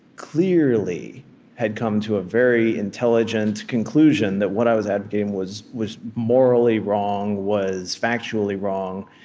clearly had come to a very intelligent conclusion that what i was advocating was was morally wrong, was factually wrong.